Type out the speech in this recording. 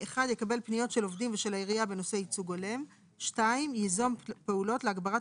יקבל פניות של עובדים ושל העיריה בנושא ייצוג הולם; ייזום פעולות להגברת